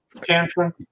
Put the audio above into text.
tantrum